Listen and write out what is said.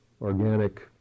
organic